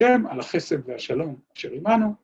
‫גם על החסד והשלום אשר עימנו.